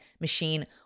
machine